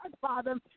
Father